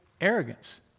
arrogance